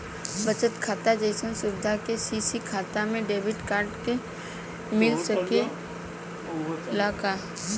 बचत खाता जइसन सुविधा के.सी.सी खाता में डेबिट कार्ड के मिल सकेला का?